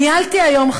ניהלתי היום,